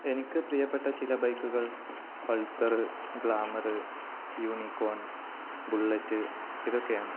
എനിക്ക് പ്രിയപ്പെട്ട ചില ബൈക്കുകൾ പൾസര് ഗ്ലാമര് യൂനികോണ് ബുള്ളറ്റ് ഇതൊക്കെയാണ്